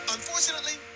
Unfortunately